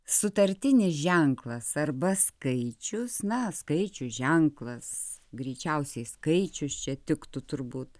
sutartinis ženklas arba skaičius na skaičių ženklas greičiausiai skaičius čia tiktų turbūt